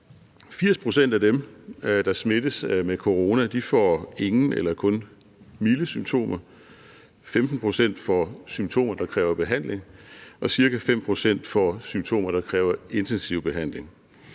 pct. af dem, der smittes med corona, får ingen eller kun milde symptomer. 15 pct. får symptomer, der kræver behandling, og ca. 5 pct. får symptomer, der kræver intensiv behandling.